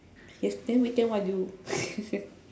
yes~ then what do you